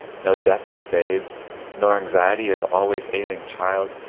no death of babe nor anxiety of always ailing child,